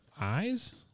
eyes